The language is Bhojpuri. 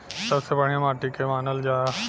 सबसे बढ़िया माटी के के मानल जा?